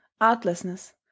artlessness